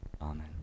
Amen